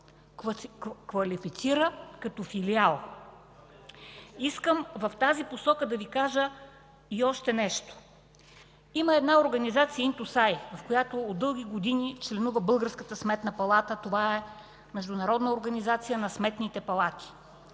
квалифицира като филиал. В тази посока искам да Ви кажа и още нещо. Има една организация Интосай, в която от дълги години членува българската Сметна палата. Това е международна организация на сметните палати.